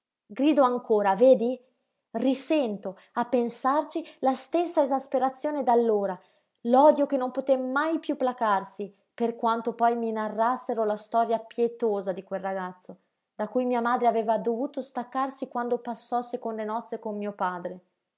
grido ancora vedi risento a pensarci la stessa esasperazione d'allora l'odio che non poté mai piú placarsi per quanto poi mi narrassero la storia pietosa di quel ragazzo da cui mia madre aveva dovuto staccarsi quando passò a seconde nozze con mio padre